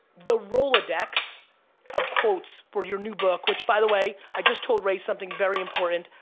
the rolodex of quotes for your new book which by the way i just told ray something very important.